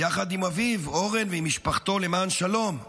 יחד עם אביו אורן ועם משפחתו למען שלום.